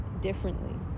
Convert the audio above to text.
differently